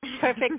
Perfect